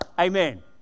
Amen